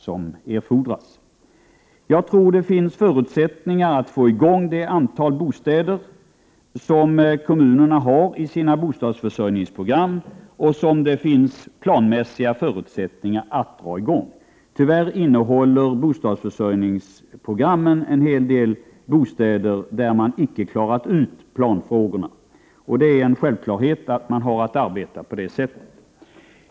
Jag tror emellertid att det finns förutsättningar att få i gång byggandet av det antal bostäder som kommunerna har fastställt i sina bostadsförsörjningsprogram. Det finns i varje fall planmässiga förutsättningar för detta. Tyvärr omfattar bostadsförsörjningsprogrammen en hel del bostäder för vilka man icke har klarat ut planfrågorna. Det är en självklarhet att man har att arbeta på det sättet.